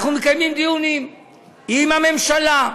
אנחנו מקיימים דיונים עם הממשלה,